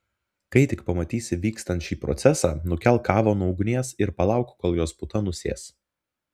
kai tik pamatysi vykstant šį procesą nukelk kavą nuo ugnies ir palauk kol jos puta nusės